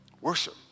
worship